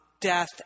death